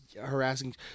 harassing